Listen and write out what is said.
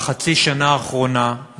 בחצי השנה האחרונה,